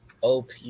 OP